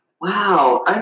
Wow